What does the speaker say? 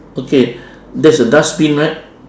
okay there's a dustbin right